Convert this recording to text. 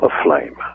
aflame